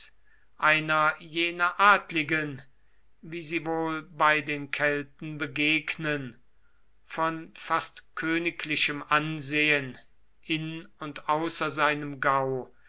einer jener adligen wie sie wohl bei den kelten begegnen von fast königlichem ansehen in und außer seinem gau